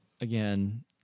again